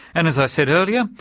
and as i said earlier,